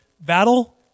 battle